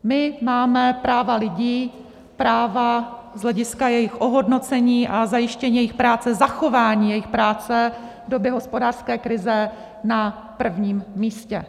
My máme práva lidí, práva z hlediska jejich ohodnocení a zajištění jejich práce, zachování jejich práce v době hospodářské krize, na prvním místě.